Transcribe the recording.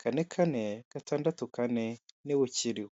kane kane gatandatu kane niwe ukiriho.